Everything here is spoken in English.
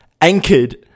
anchored